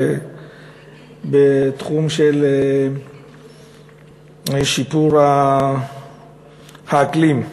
בתחום של שיפור האקלים.